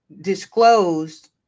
disclosed